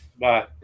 Bye